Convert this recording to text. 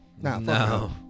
No